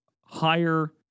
higher